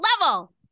level